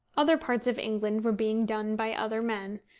other parts of england were being done by other men,